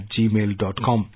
gmail.com